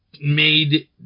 made